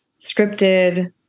scripted